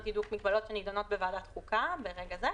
הידוק מקבלות שניתנות בוועדת חוקה ברגע זה.